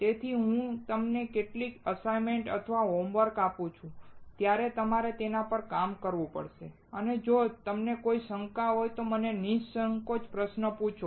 તેથી જ્યારે હું તમને કેટલીક અસાઇન્મેન્ટ અથવા હોમવર્ક આપું છું ત્યારે તમારે તેમના પર કામ કરવું પડશે અને જો તમને કોઈ શંકા હોય તો મને નિસંકોચ પ્રશ્નો પૂછો